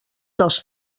dels